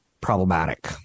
problematic